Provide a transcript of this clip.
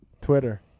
twitter